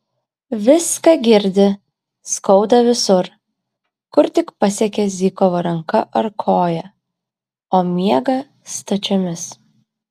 viską girdi skauda visur kur tik pasiekė zykovo ranka ar koja o miega stačiomis